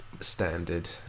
standard